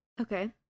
Okay